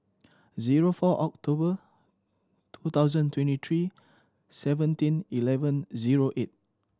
zero four October two thousand twenty three seventeen eleven zero eight